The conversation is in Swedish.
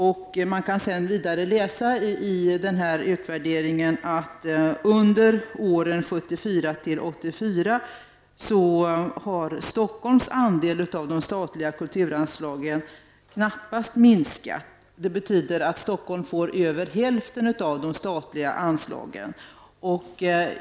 Man kan i utvärderingen vidare läsa att Stockholms andel av de statliga kulturanslagen mellan 1974 och 1984 knappast har minskat. Det betyder att Stockholm får över hälften av de statliga anslagen.